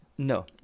No